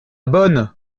bonne